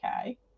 okay